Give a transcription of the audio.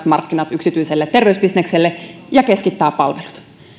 markkinat yksityiselle terveysbisnekselle ja keskittää palvelut